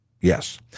Yes